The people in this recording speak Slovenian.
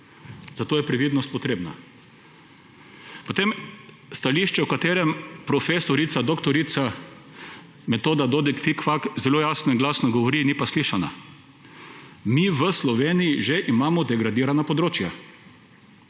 Zato je previdnost potrebna. Potem stališče, v katerem prof. dr. Metoda Dodič Fikfak zelo jasno in glasno govori, ni pa slišana. Mi v Sloveniji že imamo degradirana območja.